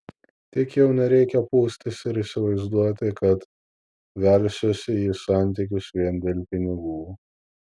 tik jau nereikia pūstis ir įsivaizduoti kad velsiuosi į santykius vien dėl pinigų